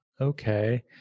Okay